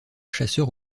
chasseur